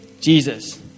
Jesus